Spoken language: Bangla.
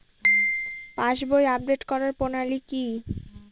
পাসবই আপডেট করার প্রণালী কি?